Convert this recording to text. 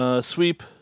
Sweep